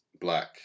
black